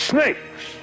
Snakes